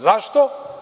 Zašto?